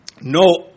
no